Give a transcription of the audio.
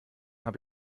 habe